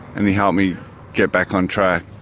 and he helped me get back on track.